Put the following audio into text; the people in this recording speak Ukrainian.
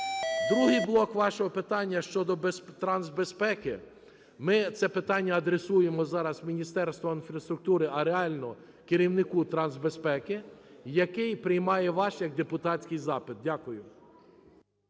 Другий блок вашого питання: щодо трансбезпеки. Ми це питання адресуємо зараз Міністерству інфраструктури, а реально – керівнику трансбезпеки, який приймає ваш депутатський запит. Дякую.